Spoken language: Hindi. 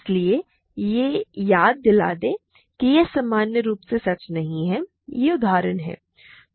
इसलिए याद दिला दें कि यह सामान्य रूप से सच नहीं है यह उदाहरण है